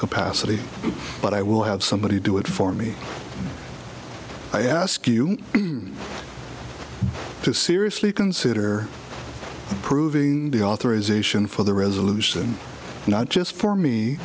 capacity but i will have somebody do it for me i ask you to seriously consider approving the authorization for the resolution not just for me